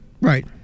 right